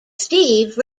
steve